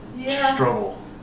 struggle